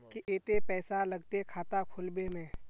केते पैसा लगते खाता खुलबे में?